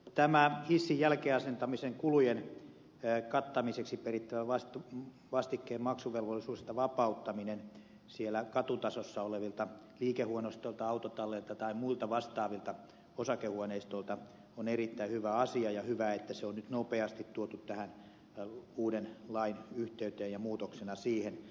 tämä hissin jälkiasentamisen kulujen kattamiseksi perittävän vastikkeen maksuvelvollisuudesta vapauttaminen siellä katutasossa olevilta liikehuoneistoilta autotalleilta tai muilta vastaavilta osakehuoneistoilta on erittäin hyvä asia ja hyvä että se on nyt nopeasti tuotu tämän uuden lain yhteyteen ja muutoksena siihen